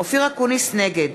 נגד